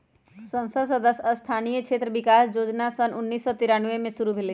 संसद सदस्य स्थानीय क्षेत्र विकास जोजना सन उन्नीस सौ तिरानमें में शुरु भेलई